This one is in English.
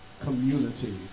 community